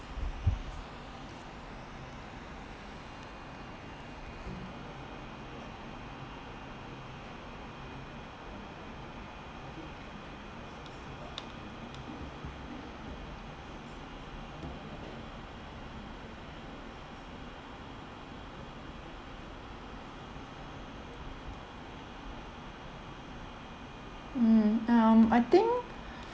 mm um I think